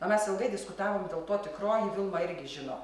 o mes ilgai diskutavom dėl to tikroji vilma irgi žino